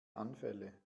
anfälle